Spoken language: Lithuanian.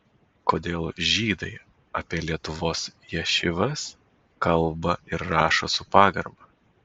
kodėl žydai apie lietuvos ješivas kalba ir rašo su pagarba